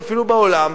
או אפילו בעולם,